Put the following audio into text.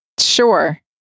Sure